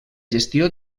gestió